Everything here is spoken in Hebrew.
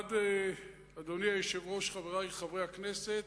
1. אדוני היושב-ראש, חברי חברי הכנסת,